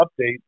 update